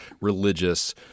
religious